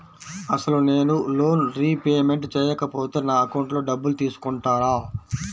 అసలు నేనూ loan repayment చేయకపోతే నా అకౌంట్లో డబ్బులు తీసుకుంటారా?